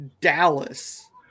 Dallas